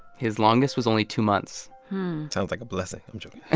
his longest was only two months sounds like a blessing. i'm joking